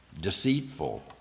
deceitful